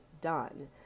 done